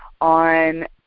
on